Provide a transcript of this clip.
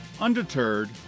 Undeterred